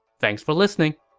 thanks for listening!